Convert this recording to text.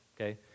okay